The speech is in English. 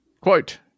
Quote